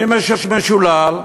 מי שמשולל,